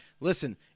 Listen